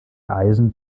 eisen